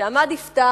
שעמד יפתח,